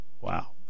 Wow